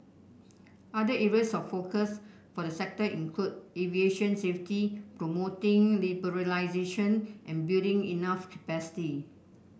other areas of focus for the sector include aviation safety promoting liberalisation and building enough capacity